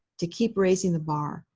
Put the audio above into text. to keep raising the bar.